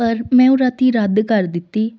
ਪਰ ਮੈਂ ਉਹ ਰਾਤੀਂ ਰੱਦ ਕਰ ਦਿੱਤੀ